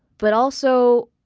but also,